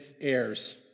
heirs